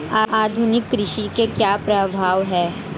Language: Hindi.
आधुनिक कृषि के क्या प्रभाव हैं?